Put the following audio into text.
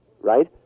right